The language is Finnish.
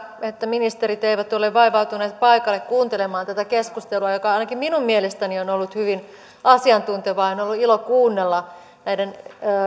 että ministerit eivät ole vaivautuneet paikalle kuuntelemaan tätä keskustelua joka ainakin minun mielestäni on on ollut hyvin asiantuntevaa ja on ollut ilo kuunnella näiden